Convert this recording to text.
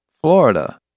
Florida